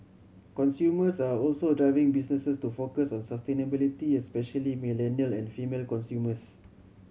consumers are also driving businesses to focus on sustainability especially millennial and female consumers